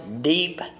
deep